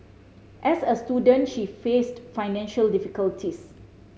as a student she faced financial difficulties